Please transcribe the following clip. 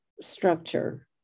structure